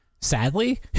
Sadly